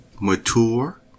mature